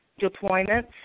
deployments